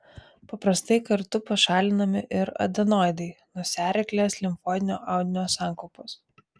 paprastai kartu pašalinami ir adenoidai nosiaryklės limfoidinio audinio sankaupos